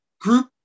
group